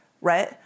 right